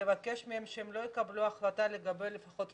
ולבקש מהם שלא יקבלו החלטה לפחות לגבי